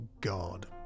God